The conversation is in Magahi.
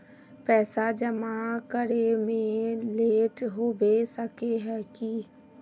पैसा जमा करे में लेट होबे सके है की?